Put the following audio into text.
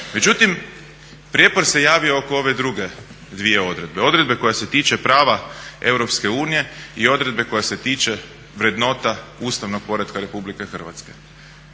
Međutim, prijepor se javio oko ove druge dvije odredbe, odredbe koja se tiče prava EU i odredbe koja se tiče vrednota ustavnog poretka RH. Mi ovo